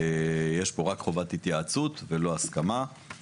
יש פה רק חובת התייעצות ולא הסכמה.